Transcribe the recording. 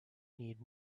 need